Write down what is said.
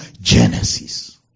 Genesis